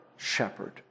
shepherd